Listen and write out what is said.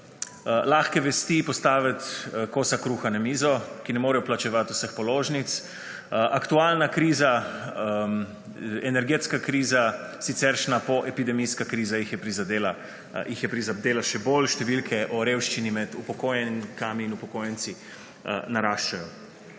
lahke vesti postavit kosa kruha na mizo, ki ne morejo plačevati vseh položnic. Aktualna kriza, energetska kriza, siceršnja poepidemijska kriza jih je prizadela, jih je prizadela še bolj. Številke o revščini med upokojenkami in upokojenci naraščajo.